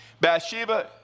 Bathsheba